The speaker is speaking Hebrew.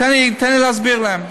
תן לי להסביר להם: